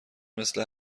مثل